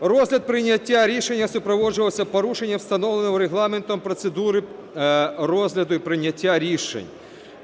розгляд прийняття рішення супроводжувався порушенням встановленої Регламентом процедури розгляду і прийняття рішень.